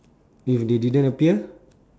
if they didn't appear